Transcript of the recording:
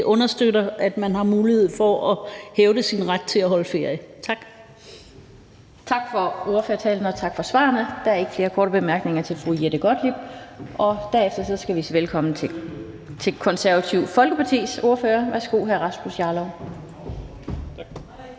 understøtter, at man har mulighed for at hævde sin ret til at holde ferie. Tak. Kl. 18:15 Den fg. formand (Annette Lind): Tak for ordførertalen og tak for svarene. Der er ikke flere korte bemærkninger til fru Jette Gottlieb. Derefter skal vi sige velkommen til Det Konservative Folkepartis ordfører. Værsgo, hr. Rasmus Jarlov. Kl.